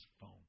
phone